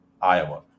Iowa